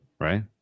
right